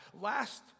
Last